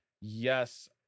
yes